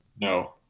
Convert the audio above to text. No